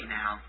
now